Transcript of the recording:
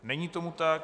Není tomu tak.